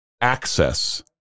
Access